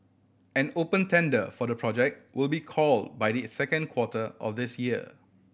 an open tender for the project will be call by the second quarter of this year